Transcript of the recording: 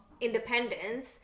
independence